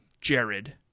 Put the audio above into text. Jared